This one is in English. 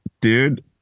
Dude